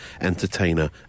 entertainer